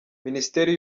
minisiteri